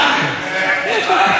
דיון.